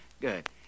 Good